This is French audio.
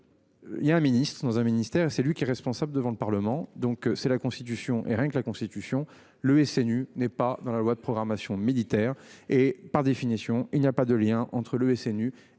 Il y a un ministre dans un ministère et c'est lui qui est responsable devant le Parlement. Donc c'est la constitution et rien que la Constitution le SNU n'est pas dans la loi de programmation militaire et par définition, il n'a pas de lien entre le SNU et les